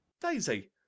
Daisy